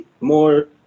more